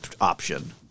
option